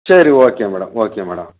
சரி okay madam okay madam